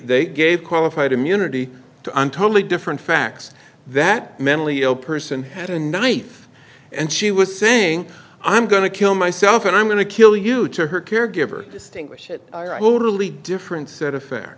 they gave qualified immunity to and totally different facts that mentally ill person had a knife and she was saying i'm going to kill myself and i'm going to kill you to her caregiver distinguish it really different set of fa